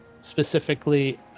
specifically